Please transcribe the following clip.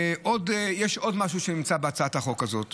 יש עוד משהו שנמצא בהצעת החוק הזאת,